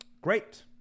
Great